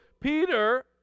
Peter